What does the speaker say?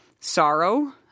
sorrow